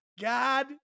god